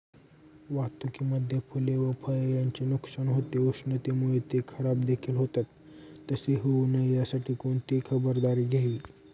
वाहतुकीमध्ये फूले व फळे यांचे नुकसान होते, उष्णतेमुळे ते खराबदेखील होतात तसे होऊ नये यासाठी कोणती खबरदारी घ्यावी?